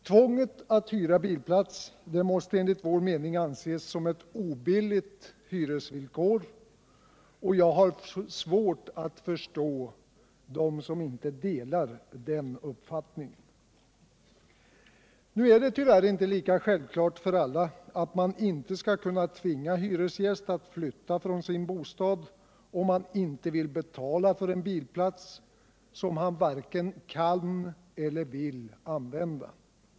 Tvånget att hyra bilplats måste enligt vår mening anses som ett obilligt hyresvillkor, och jag har svårt att förstå dem som inte delar den uppfattningen. Nu är det tyvärr inte lika självklart för alla att man inte skall kunna tvinga hyresgäst att flytta från sin bostad om han inte vill betala för en bilplats som han varken kan eller vill använda.